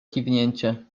kiwnięcie